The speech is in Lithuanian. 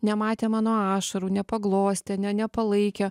nematė mano ašarų nepaglostė ne nepalaikė